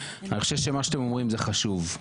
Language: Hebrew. אז מי אמור לעשות את זה?